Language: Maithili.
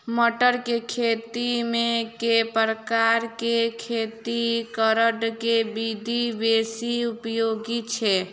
मटर केँ खेती मे केँ प्रकार केँ खेती करऽ केँ विधि बेसी उपयोगी छै?